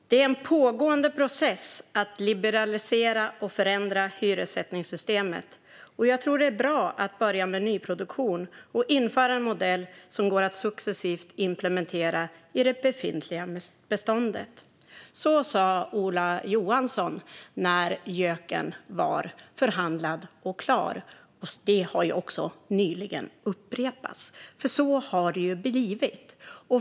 Fru talman! Det är en pågående process att liberalisera och förändra hyressättningssystemet, och jag tror att det är bra att börja med nyproduktion och införa en modell som går att successivt implementera i det befintliga beståndet. Så sa Ola Johansson när JÖK:en var förhandlad och klar. Det har också nyligen upprepats. Så har det blivit.